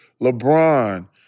LeBron